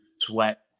sweat